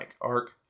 arc